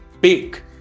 big